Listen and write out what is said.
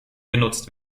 genutzt